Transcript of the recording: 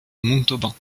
montauban